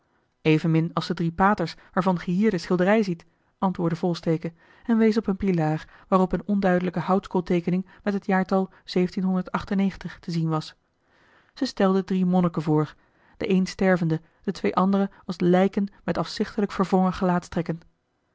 evenmin als de drie paters waarvan ge hier de schilderij ziet antwoordde volsteke en wees op een pilaar waarop eene onduidelijke houtskoolteekening met het jaartal te zien was ze stelde drie monniken voor den eenen stervende de twee andere als lijken met afzichtelijk verwrongen